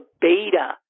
beta